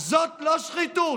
זו לא שחיתות,